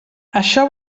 això